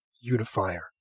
unifier